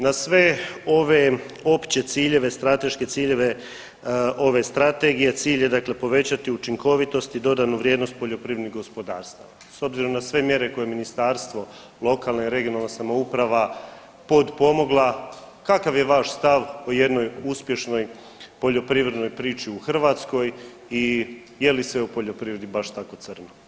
Na sve ove opće ciljeve, strateške ciljeve ove strategije cilj je dakle povećati učinkovitost i dodanu vrijednost poljoprivrednih gospodarstava s obzirom na sve mjere koje je ministarstvo, lokalna i regionalna samouprava potpomogla, kakav je vaš stav o jednoj uspješnoj poljoprivrednoj priči u Hrvatskoj i je li sve u poljoprivredi baš tako crno?